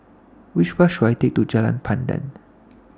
Which Bus should I Take to Jalan Pandan